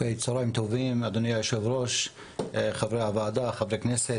צהרים טובים אדוני היו"ר, חברי הוועדה, חברי כנסת,